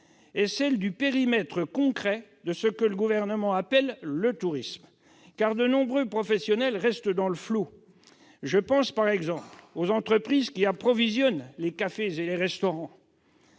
-est celle du périmètre concret de ce que le Gouvernement appelle le tourisme. En effet, de nombreux professionnels restent dans le flou. Je pense aux entreprises qui approvisionnent les cafés, restaurants